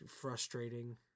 frustrating